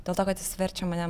dėl to kad jis verčia mane